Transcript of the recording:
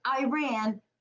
Iran